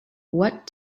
what